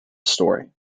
story